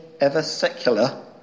ever-secular